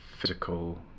physical